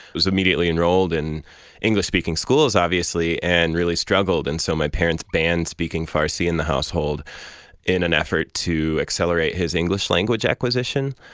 was immediately enrolled in english-speaking schools, obviously, and really struggled. and so my parents banned speaking farsi in the household in an effort to accelerate his english-language acquisition,